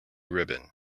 ribbon